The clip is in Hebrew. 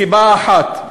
מסיבה אחת: